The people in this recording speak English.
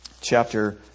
chapter